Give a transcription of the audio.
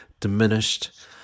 Diminished